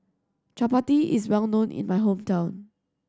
Chappati is well known in my hometown